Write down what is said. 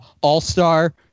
All-Star